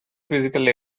physical